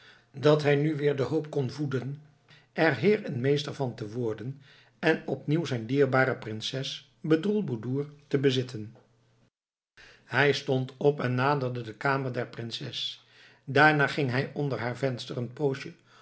dat hij nu weer de hoop kon voeden er heer en meester van te worden en opnieuw zijn dierbare prinses bedroelboedoer te bezitten hij stond op en naderde de kamer der prinses daarna ging hij onder haar vensters een poosje